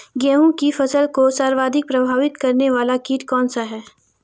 गेहूँ की फसल को सर्वाधिक प्रभावित करने वाला कीट कौनसा है?